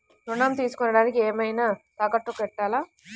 ఋణం తీసుకొనుటానికి ఏమైనా తాకట్టు పెట్టాలా?